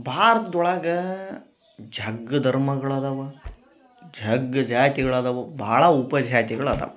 ಭಾರತದ ಒಳಗ ಜಗ್ಗ್ ಧರ್ಮಗಳು ಅದಾವ ಜಗ್ಗ್ ಜಾತಿಗಳು ಅದಾವು ಭಾಳ ಉಪಜಾತಿಗಳು ಅದಾವು